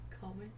comment